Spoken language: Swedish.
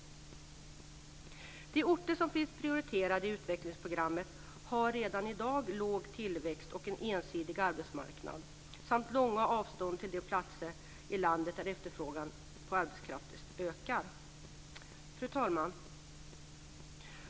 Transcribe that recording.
De orter som finns prioriterade i utvecklingsprogrammet har redan i dag låg tillväxt och en ensidig arbetsmarknad samt långa avstånd till de platser i landet där efterfrågan på arbetskraft ökar. Fru talman!